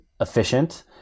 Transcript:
efficient